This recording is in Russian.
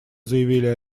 заявили